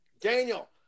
Daniel